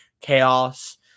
chaos